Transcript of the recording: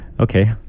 Okay